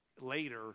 later